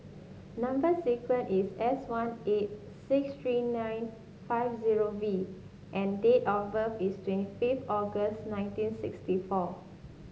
number sequence is S one eight six three nine five zero V and date of birth is twenty fifth August nineteen sixty four